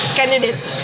candidates